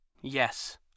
Yes